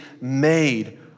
made